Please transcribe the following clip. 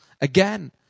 again